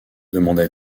demanda